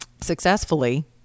successfully